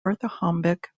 orthorhombic